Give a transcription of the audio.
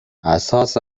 اساس